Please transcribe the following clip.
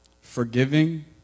Forgiving